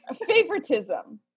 Favoritism